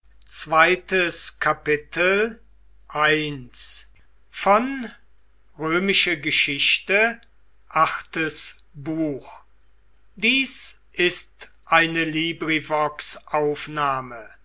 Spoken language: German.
sind ist eine